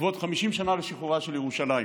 לכבוד 50 שנה לשחרורה של ירושלים.